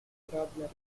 extraordinary